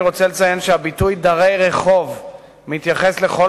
אני רוצה לציין שהביטוי דרי רחוב מתייחס לכל